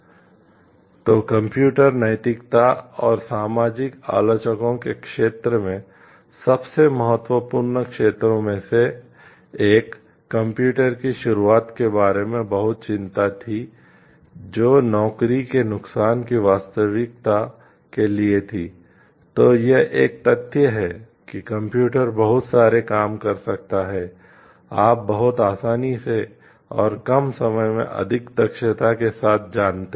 इसलिए कंप्यूटर बहुत सारे काम कर सकता है आप बहुत आसानी से और कम समय में अधिक दक्षता के साथ जानते हैं